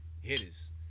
hitters